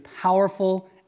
powerful